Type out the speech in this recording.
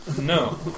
No